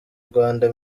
rwanda